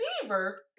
fever